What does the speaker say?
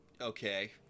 Okay